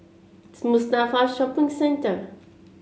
Mustafa Shopping Centre